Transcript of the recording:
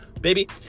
Baby